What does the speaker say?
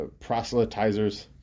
proselytizers